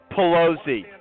Pelosi